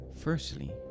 Firstly